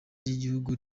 ry’igihugu